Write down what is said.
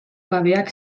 gabeak